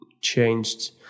changed